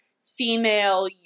female